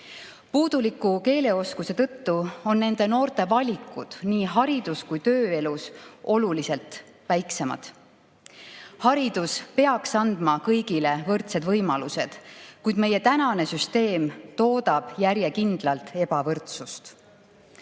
Puuduliku keeleoskuse tõttu on nende noorte valikud nii haridus‑ kui tööelus oluliselt väiksemad. Haridus peaks andma kõigile võrdsed võimalused, kuid meie tänane süsteem toodab järjekindlalt ebavõrdsust. Varasemalt